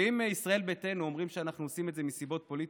ואם ישראל ביתנו אומרים שאנחנו עושים את זה מסיבות פוליטיות,